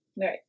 Right